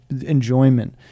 enjoyment